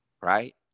right